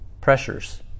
Pressures